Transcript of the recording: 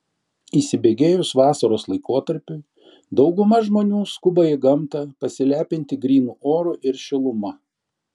įsibėgėjus vasaros laikotarpiui dauguma žmonių skuba į gamtą pasilepinti grynu oru ir šiluma